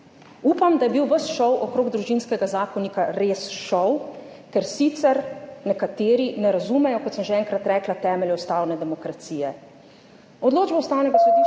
Upam, da je bil ves šov okrog Družinskega zakonika res šov, ker sicer nekateri ne razumejo, kot sem že enkrat rekla, temeljev ustavne demokracije. Odločbo Ustavnega sodišča